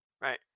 Right